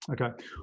Okay